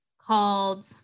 called